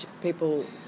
people